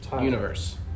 universe